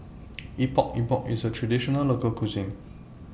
Epok Epok IS A Traditional Local Cuisine